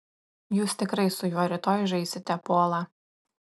jūs tikrai su juo rytoj žaisite polą